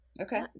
okay